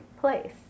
place